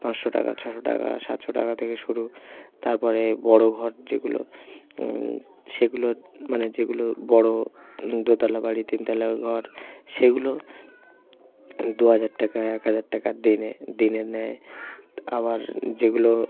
পাঁচশো টাকা ছশো টাকা সাতশো টাকা থেকে শুরু তারপরে বড়ো ঘর যেগুলো সেগুলোর মানে যেগুলো বড়ো দোতালা বাড়ি তিনতলা ঘর সেগুলো দু হাজার টাকা এক হাজার টাকা দিনে দিনে নেয় আবার যেগুলো